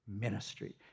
ministry